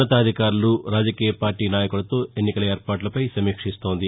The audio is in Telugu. ఉన్నతాధికారులు రాజకీయ పార్టీ నాయకులతో ఎన్నికల ఏర్పాట్లపై సమీక్షిస్తోంది